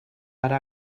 ara